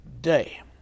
day